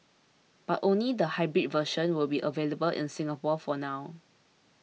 but only the hybrid version will be available in Singapore for now